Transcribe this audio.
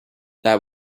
that